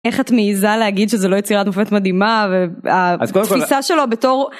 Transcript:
איך את מעיזה להגיד שזו לא יצירת מופת מדהימה והתפיסה שלו בתור...